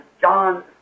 John